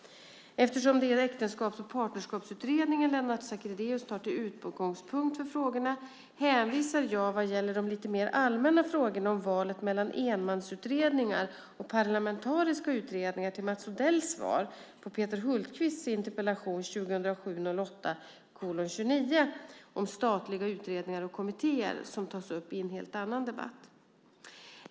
Eftersom det är Äktenskaps och partnerskapsutredningen Lennart Sacrédeus tar till utgångspunkt för frågorna hänvisar jag vad gäller de lite mer allmänna frågorna om valet mellan enmansutredningar och parlamentariska utredningar till Mats Odells svar på Peter Hultqvists interpellation om statliga utredningar och kommittéer, som tas upp i en annan debatt.